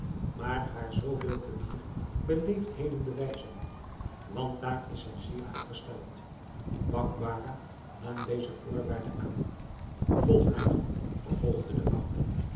maar haar zooveel te meer beleefdheden bewijzen want daar is zij zeer op gesteld bakbarah nam deze voorwaarde aan volg mij dan vervolgde de oude